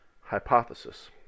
hypothesis